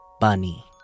bunny